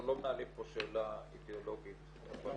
אנחנו לא מנהלים פה שאלה אידיאולוגית בנושא.